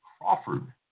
Crawford